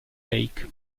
lake